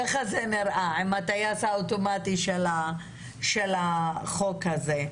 כך זה נראה עם הטייס האוטומטי של החוק הזה.